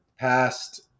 past